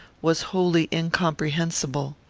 was wholly incomprehensible.